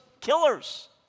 Killers